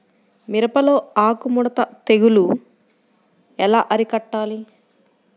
మిరపలో ఆకు ముడత తెగులు ఎలా అరికట్టాలి?